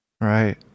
Right